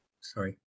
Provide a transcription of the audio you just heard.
sorry